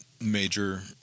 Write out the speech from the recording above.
major